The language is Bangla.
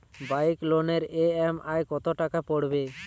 বাইক লোনের ই.এম.আই কত টাকা পড়বে?